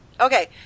Okay